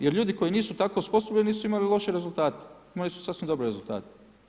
Jer ljudi koji nisu tako osposobljeni nisu imali loše rezultate, imali su sasvim dobre rezultate.